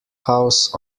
house